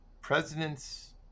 Presidents